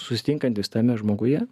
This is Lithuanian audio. susitinkantis tame žmoguje